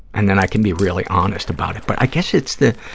and then i can be really honest about it. but i guess it's the,